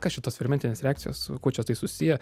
kas čia tos fermentinės reakcijos kuo čia tai susiję